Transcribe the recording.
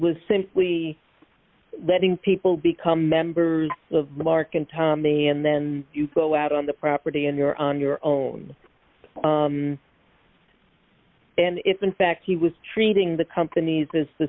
was simply letting people become members of mark and tom the and then you go out on the property and you're on your own and if in fact he was treating the companies as the